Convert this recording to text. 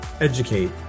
educate